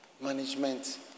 management